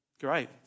Great